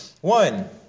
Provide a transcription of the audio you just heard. one